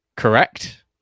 Correct